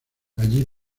allí